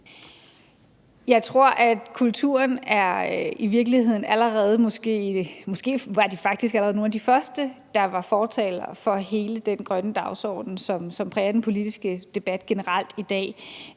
Jeg tror, at man i kulturen måske i virkeligheden var nogle af de første, der var fortalere for hele den grønne dagsorden, som præger den politiske debat generelt i dag.